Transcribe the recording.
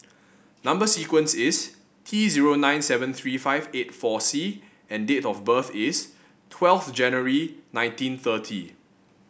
number sequence is T zero nine seven three five eight four C and date of birth is twelfth January nineteen thirty